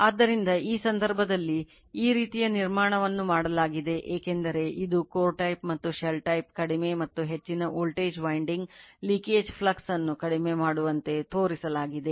ಆದ್ದರಿಂದ ಈ ಸಂದರ್ಭದಲ್ಲಿ ಈ ರೀತಿಯ ನಿರ್ಮಾಣವನ್ನು ಮಾಡಲಾಗಿದೆ ಏಕೆಂದರೆ ಇದು core type ಅನ್ನು ಕಡಿಮೆ ಮಾಡುವಂತೆ ತೋರಿಸಲಾಗಿದೆ